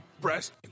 breast